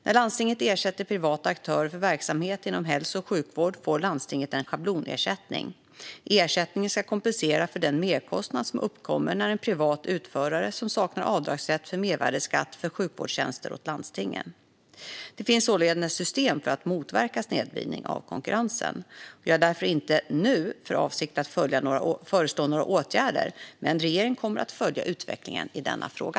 När landstinget ersätter privata aktörer för verksamhet inom hälso och sjukvård får landstinget en schablonersättning. Ersättningen ska kompensera för den merkostnad som uppkommer när en privat utförare som saknar avdragsrätt för mervärdesskatt utför sjukvårdstjänster åt landstingen. Det finns således ett system för att motverka snedvridning av konkurrensen. Jag har därför inte nu för avsikt att föreslå några åtgärder, men regeringen kommer att följa utvecklingen i denna fråga.